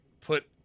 put